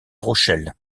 rochelle